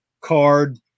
card